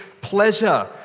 pleasure